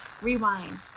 Rewind